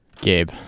Gabe